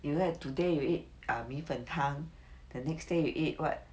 you have today you eat err 米粉汤 the next day you eat what but it's still fish soup mah